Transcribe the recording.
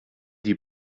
die